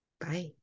Bye